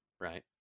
right